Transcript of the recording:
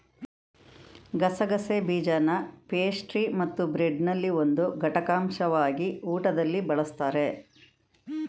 ಗಸಗಸೆ ಬೀಜನಪೇಸ್ಟ್ರಿಮತ್ತುಬ್ರೆಡ್ನಲ್ಲಿ ಒಂದು ಘಟಕಾಂಶವಾಗಿ ಊಟದಲ್ಲಿ ಬಳಸ್ತಾರೆ